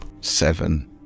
Seven